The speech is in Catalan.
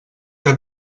que